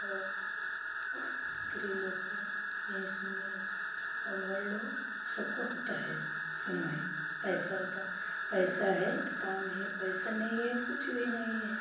वो ग़रीब लोग के यहीं सुनवाई होती और बड़े लोग सबकी होती है सुनवाई पैसा होता है पैसा है तो काम है पैसा नहीं है तो कुछ भी नहीं है